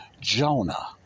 Jonah